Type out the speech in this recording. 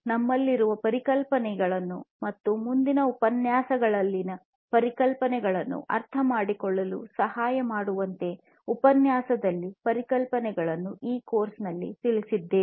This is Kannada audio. ನಮ್ಮಲ್ಲಿರುವ ಪರಿಕಲ್ಪನೆಗಳನ್ನು ಮತ್ತು ಮುಂದಿನ ಉಪನ್ಯಾಸದಲ್ಲಿನ ಪರಿಕಲ್ಪನೆಗಳನ್ನು ಅರ್ಥಮಾಡಿಕೊಳ್ಳಲು ಸಹಾಯ ಮಾಡುವಂತೆ ಈ ಕೋರ್ಸ್ ನಲ್ಲಿ ತಿಳಿಸಿದ್ದೇವೆ